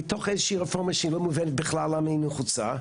מתוך איזו שהיא רפורמה שהיא לא מובנת בכלל למה היא נחוצה,